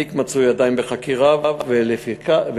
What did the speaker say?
התיק מצוי עדיין בחקירה, ולפיכך